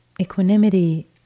equanimity